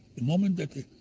the moment that